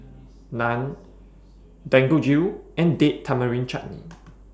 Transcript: Naan Dangojiru and Date Tamarind Chutney